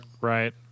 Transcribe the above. right